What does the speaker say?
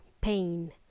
pain